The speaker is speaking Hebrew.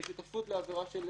בשותפות לעבירות של